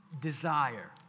Desire